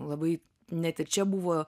labai net ir čia buvo